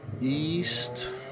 east